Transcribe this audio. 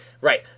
Right